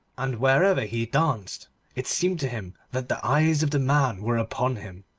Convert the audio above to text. and wherever he danced it seemed to him that the eyes of the man were upon him.